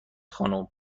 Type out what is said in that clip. خانم